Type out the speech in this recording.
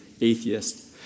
atheist